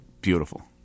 Beautiful